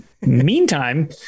meantime